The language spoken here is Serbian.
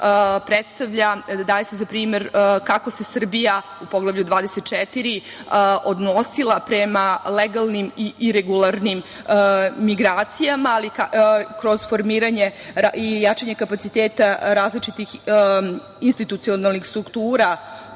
daje se za primer kako se Srbija u Poglavlju 24. odnosila prema legalnim i iregularnim migracijama, ali kroz formiranje i jačanje kapaciteta različitih institucionalnih struktura